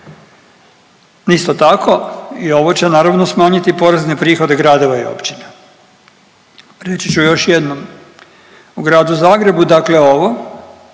Isto tako i ovo će naravno smanjiti porezne prihode gradova i općina. Reći ću još jednom u gradu Zagrebu, dakle ovo